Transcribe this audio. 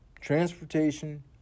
transportation